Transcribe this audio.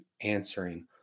answering